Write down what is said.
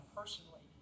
personally